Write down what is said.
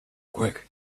quick